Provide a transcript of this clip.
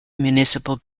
municipal